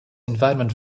environment